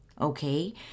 okay